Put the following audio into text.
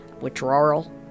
withdrawal